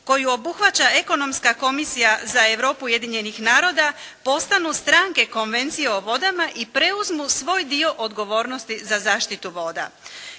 koju obuhvaća Ekonomska komisija za Europu Ujedinjenih naroda postanu stranke Konvencije o vodama i preuzmu svoj dio odgovornosti za zaštitu voda.